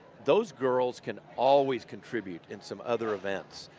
those girls can always contribute in some other events.